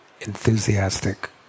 enthusiastic